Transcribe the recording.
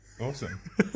awesome